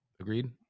Agreed